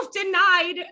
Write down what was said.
denied